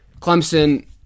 Clemson